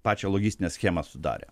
pačią logistinę schemą sudarė